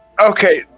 Okay